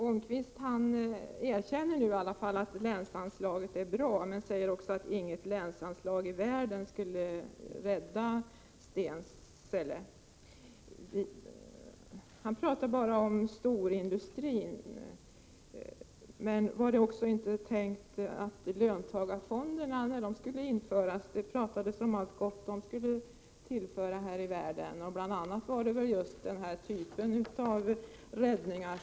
Herr talman! Ångqvist erkänner nu i alla fall att länsanslagen är bra. Men han säger samtidigt att inget länsanslag i världen skulle ha kunnat rädda Stensele Mekaniska Verkstad. Thure Ångqvist talar bara om storindustrin. Men var det inte också tänkt att löntagarfonderna skulle användas i dessa sammanhang? När löntagarfonderna infördes talades det ju så mycket om allt gott som dessa skulle föra med sig, bl.a. just denna typ av företagsräddningar.